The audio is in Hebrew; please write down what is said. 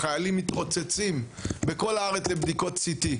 החיילים מתרוצצים בכל הארץ לבדיקות CT,